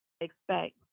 expect